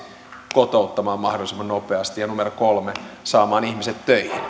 kotouttamaan mahdollisimman nopeasti ja kolme saamaan ihmiset töihin